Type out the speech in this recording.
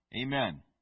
Amen